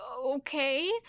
okay